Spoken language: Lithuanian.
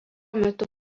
metu